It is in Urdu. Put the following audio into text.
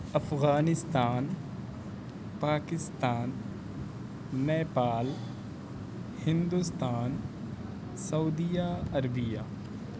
افغانستان پاکستان نیپال ہندوستان سعودیہ عربیہ